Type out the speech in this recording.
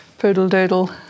Poodle-doodle